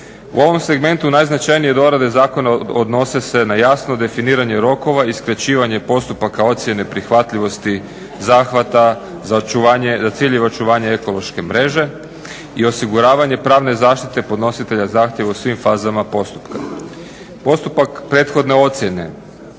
U ovom segmentu najznačajnije dorade zakona odnose se na jasno definiranje rokova i skraćivanje postupaka ocijene prihvatljivosti zahvata za ciljeve očuvanje ekološke mreže i osiguravanje pravne zaštite podnositelja zahtjeva u svim fazama postupka. Postupak prethodne ocjene